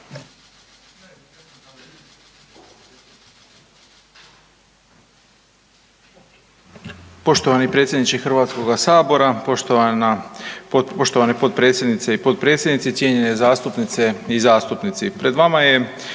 Poštovani predsjedniče HS-a, poštovane potpredsjednice i potpredsjednici, cijenjene zastupnice i zastupnici. Pred vama je